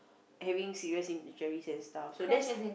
having serious injuries and stuff so that's